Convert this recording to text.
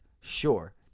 Sure